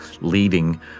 leading